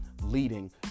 leading